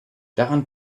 daran